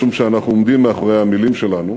משום שאנחנו עומדים מאחורי המילים שלנו,